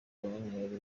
guverineri